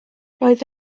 roedd